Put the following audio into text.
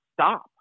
stop